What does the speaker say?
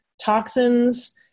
toxins